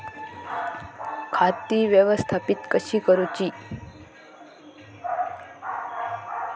खाती व्यवस्थापित कशी करूची?